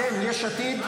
אתם, יש עתיד.